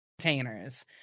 containers